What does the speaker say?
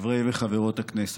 חברי וחברות הכנסת,